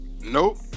Nope